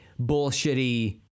bullshitty